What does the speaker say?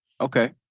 Okay